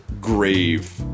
grave